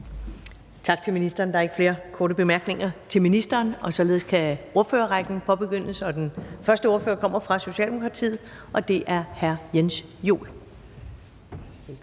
Tak til ministeren. Der er ikke flere korte bemærkninger til ministeren. Således kan ordførerrækken påbegyndes, og den første ordfører kommer fra Socialdemokratiet, og det er hr. Jens Joel.